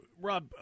rob